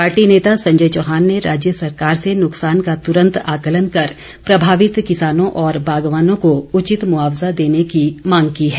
party नेता संजय चौहान ने राज्य सरकार से नुकसान का तुरंत आंकलन कर प्रभावित किसानों और बागवानों को उचित मुआवजा देने की मांग की है